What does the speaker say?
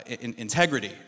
integrity